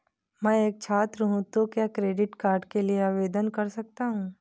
मैं एक छात्र हूँ तो क्या क्रेडिट कार्ड के लिए आवेदन कर सकता हूँ?